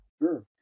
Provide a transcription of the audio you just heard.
Sure